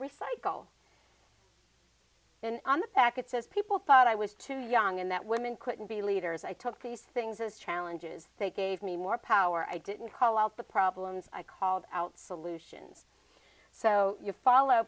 recycle packets as people thought i was too young and that women couldn't be leaders i took these things as challenges they gave me more power i didn't call out the problems i called out solutions so you follow